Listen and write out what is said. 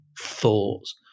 thoughts